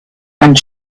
and